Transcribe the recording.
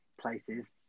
places